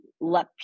let